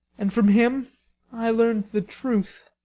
and from him i learned the truth.